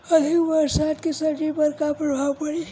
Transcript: अधिक बरसात के सब्जी पर का प्रभाव पड़ी?